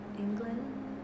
England